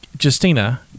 Justina